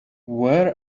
where